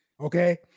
okay